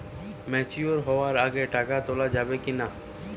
Mature হওয়ার আগে টাকা তোলা যাবে কিনা?